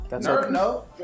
No